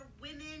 women